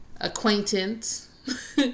acquaintance